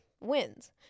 wins